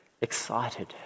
excited